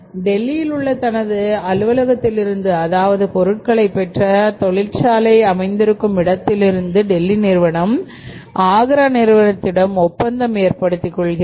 டெல்லியில் உள்ள தனது அலுவலகத்தில் இருந்து அதாவது பொருட்களை பெற்ற தொழிற்சாலை அமைந்திருக்கும் இடத்தில் இருந்து டெல்லி நிறுவனம் ஆக்ரா நிறுவனத்திடம் ஒப்பந்தம் ஏற்படுத்திக் கொள்கிறது